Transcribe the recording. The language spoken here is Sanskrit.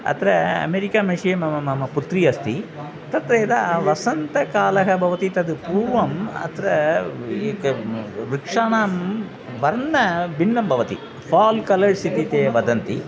अत्र अमेरिका देशे मम मम पुत्री अस्ति तत्र यदा वसन्तकालः भवति तद् पूर्वम् अत्र एक वृक्षाणां वर्णं भिन्नं भवति फ़ाल् कलर्स् इति ते वदन्ति